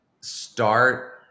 start